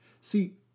See